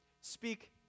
Speak